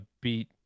beat